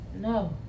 No